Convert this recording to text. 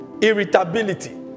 irritability